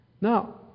Now